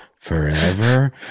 forever